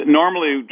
normally